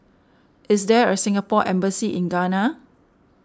is there a Singapore Embassy in Ghana